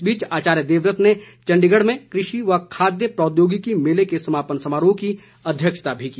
इस बीच आचार्य देवव्रत ने चण्डीगढ़ में कृषि व खाद्य प्रौद्योगिकी मेले के समापन समारोह की अध्यक्षता भी की